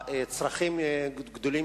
הצרכים גדולים